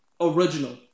original